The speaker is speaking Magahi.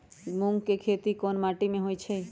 मूँग के खेती कौन मीटी मे होईछ?